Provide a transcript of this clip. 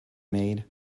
made